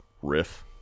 riff